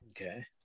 Okay